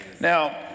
Now